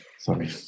sorry